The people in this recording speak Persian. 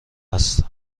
است